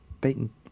beaten